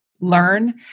learn